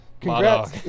Congrats